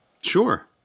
Sure